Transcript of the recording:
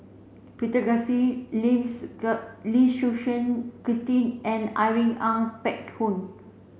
Peter Lim Lim Suchen Christine and Irene Ng Phek Hoong